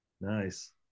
Nice